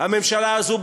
הממשלה הזו,